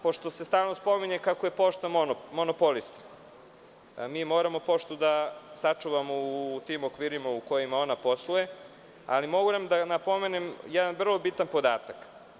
Pošto se stalno spominje kako je pošta monopolista, mi moramo poštu da sačuvamo u tim okvirima u kojima ona posluje, ali moram da napomenem jedan vrlo bitan podatak.